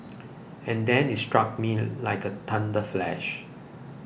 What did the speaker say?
and then it struck me like a thunder flash